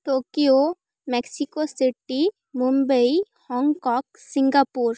Tokyo Mexico City Mumbai Hong Kong Singapore